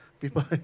People